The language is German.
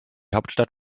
hauptstadt